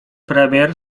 premier